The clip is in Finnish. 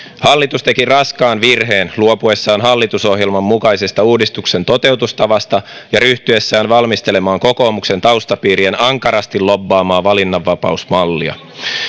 hallitus teki raskaan virheen luopuessaan hallitusohjelman mukaisesta uudistuksen toteutustavasta ja ryhtyessään valmistelemaan kokoomuksen taustapiirien ankarasti lobbaamaa valinnanvapausmallia